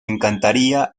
encantaría